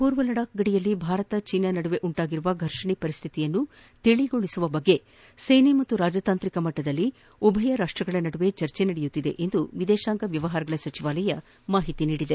ಪೂರ್ವ ಲಡಾಕ್ ಗಡಿಯಲ್ಲಿ ಭಾರತ ಜೀನಾ ನಡುವೆ ಉಂಟಾಗಿರುವ ಫರ್ಷಣೆಯ ಪರಿಸ್ಥಿತಿಯನ್ನು ತಿಳಿಗೊಳಿಸುವ ಬಗ್ಗೆ ಸೇನಾ ಪಾಗೂ ರಾಜತಾಂತ್ರಿಕ ಮಟ್ಟದಲ್ಲಿ ಉಭಯ ರಾಷ್ಟ್ರಗಳು ಚರ್ಚಿಸುತ್ತಿವೆ ಎಂದು ಎದೇಶಾಂಗ ವ್ಯವಾರಗಳ ಸಚಿವಾಲಯ ತಿಳಿಸಿದೆ